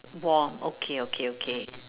warm okay okay okay